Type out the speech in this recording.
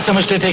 so mister